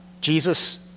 Jesus